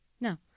No